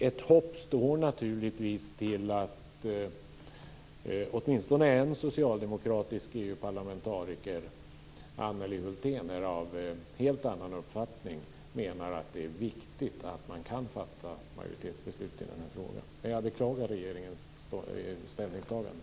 Ett hopp står naturligtvis till att åtminstone en socialdemokratisk EU parlamentariker, Annelie Hulthén, är av en helt annan uppfattning. Hon menar att det är viktigt att man kan fatta majoritetsbeslut i den här frågan. Men jag beklagar regeringens ställningstagande.